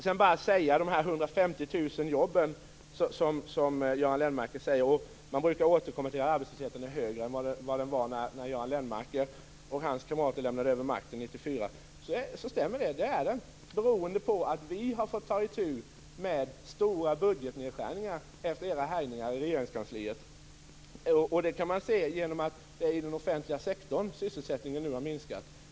Beträffande de 150 000 jobben som Göran Lennmarker talade om - han brukar återkomma till att arbetslösheten är högre än den var när Göran Lennmarker och hans kamrater lämnade över regeringsmakten 1994 - vill jag säga att det stämmer att arbetslösheten är högre nu beroende på att vi har fått ta itu med stora budgetnedskärningar efter de borgerligas härjningar i Regeringskansliet. Det kan man se genom att det är i den offentliga sektorn som sysselsättningen har minskat.